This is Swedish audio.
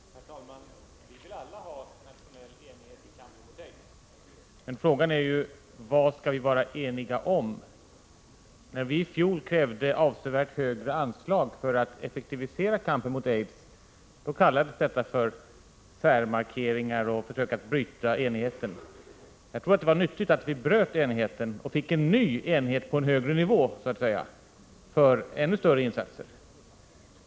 Herr talman! Vi vill alla ha nationell enighet när det gäller kampen mot aids. Men frågan är vad vi skall vara eniga om. När vi i fjol krävde avsevärt högre anslag för att effektivisera kampen mot aids kallades detta för särmarkering och för försök att bryta enigheten. Jag tror att det var nyttigt att vi bröt den rådande enigheten och fick en ny enighet på så att säga en högre nivå för ännu större insatser.